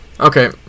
Okay